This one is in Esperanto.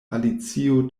alicio